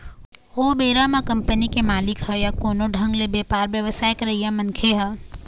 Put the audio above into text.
ओ बेरा म कंपनी के मालिक ह या कोनो ढंग ले बेपार बेवसाय करइया मनखे ह